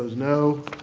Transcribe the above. no.